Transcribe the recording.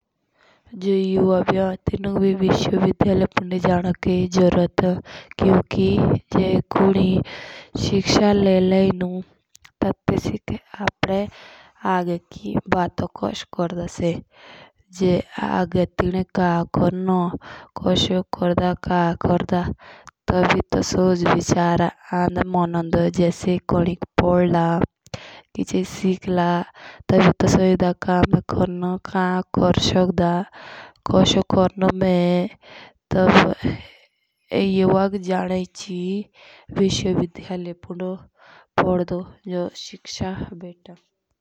जे युवा भी हों तेनुक भी सुविधा जानो की जरूरी असों। मुझे कुछ भी सीखने को नहीं मिला, लेकिन आपने आगे की बात कहने के लिए एक दिन का समय बिताया, तभी तो मुझे अपने विचार और विचार सुनने को मिले।